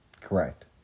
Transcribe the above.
Correct